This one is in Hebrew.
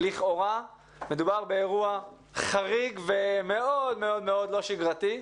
לכאורה מדובר באירוע חריג ומאוד לא שגרתי,